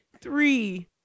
three